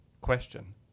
question